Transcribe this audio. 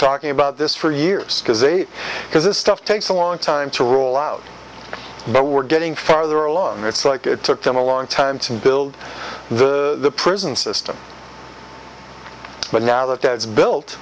talking about this for years because they because this stuff takes a long time to roll out but we're getting farther along it's like it took them a long time to build the prison system but now that that's built